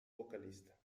vocalista